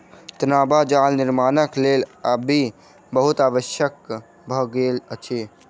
तांबा जाल निर्माणक लेल आबि बहुत आवश्यक भ गेल अछि